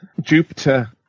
Jupiter